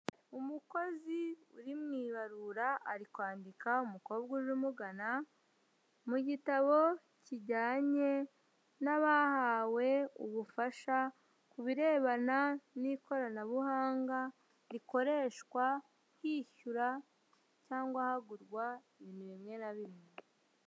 Umukozi uri mu ibarura ari kwandika umukobwamugana mu gitabo kijyanye n abahawe ubufasha ku birebana n ikoranabuhanga rikoreshwa hishyura cyangwa hagurwa bimwe na bimwe.